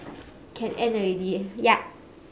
can end already yup